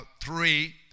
three